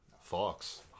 Fox